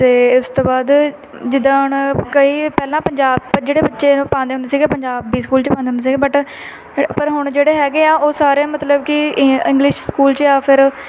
ਅਤੇ ਇਸ ਤੋਂ ਬਾਅਦ ਜਿੱਦਾਂ ਹੁਣ ਕਈ ਪਹਿਲਾਂ ਪੰਜਾਬ ਜਿਹੜੇ ਬੱਚੇ ਨੂੰ ਪਾਉਂਦੇ ਹੁੰਦੇ ਸੀਗੇ ਪੰਜਾਬੀ ਸਕੂਲ 'ਚ ਪਾਉਂਦੇ ਹੁੰਦੇ ਸੀਗੇ ਬਟ ਹ ਪਰ ਹੁਣ ਜਿਹੜੇ ਹੈਗੇ ਆ ਉਹ ਸਾਰੇ ਮਤਲਬ ਕਿ ਇ ਇੰਗਲਿਸ਼ ਸਕੂਲ 'ਚ ਆ ਫਿਰ